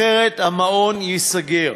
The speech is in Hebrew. אחרת המעון ייסגר.